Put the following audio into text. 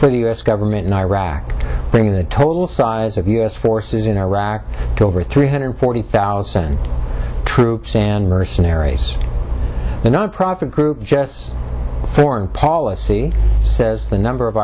for the u s government in iraq bringing the total size of u s forces in iraq to over three hundred forty thousand troops and mercenaries the nonprofit group jess foreign policy says the number of